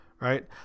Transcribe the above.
right